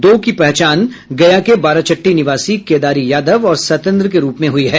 दो की पहचान गया के बाराचट्टी निवासी केदारी यादव और सत्येंद्र के रुप में हुई है